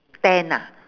ten ah